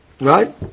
right